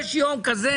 יש יום כזה,